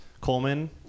Coleman